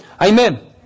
Amen